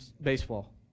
baseball